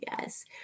Yes